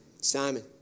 Simon